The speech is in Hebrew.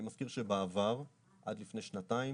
אני מזכיר שבעבר, עד לפני שנתיים,